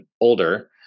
older